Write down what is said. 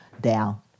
down